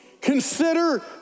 consider